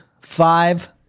five